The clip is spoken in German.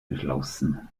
beschlossen